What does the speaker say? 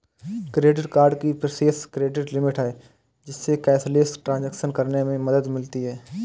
credit card की preset credit limit है, जिससे कैशलेस ट्रांज़ैक्शन करने में मदद मिलती है